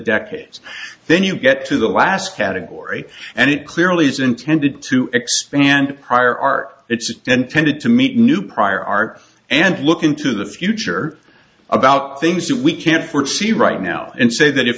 decades then you get to the last category and it clearly is intended to expand prior art it's intended to meet new prior art and look into the future about things that we can't foresee right now and say that if